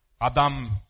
Adam